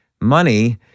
money